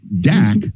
Dak